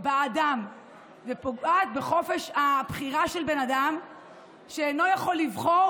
באדם ופוגעת בחופש הבחירה של בן אדם שאינו יכול לבחור